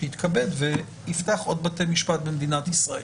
שיתכבד ויפתח עוד בתי משפט במדינת ישראל.